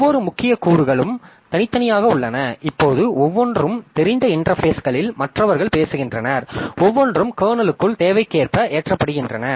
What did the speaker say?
ஒவ்வொரு முக்கிய கூறுகளும் தனித்தனியாக உள்ளன இப்போது ஒவ்வொன்றும் தெரிந்த இன்டெர்பேஸ்களில் மற்றவர்களுடன் பேசுகின்றன ஒவ்வொன்றும் கர்னலுக்குள் தேவைக்கேற்ப ஏற்றப்படுகின்றன